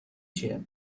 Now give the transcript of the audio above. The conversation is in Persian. چیه